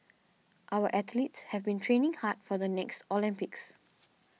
our athletes have been training hard for the next Olympics